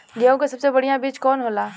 गेहूँक सबसे बढ़िया बिज कवन होला?